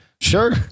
Sure